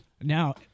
Now-